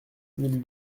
mille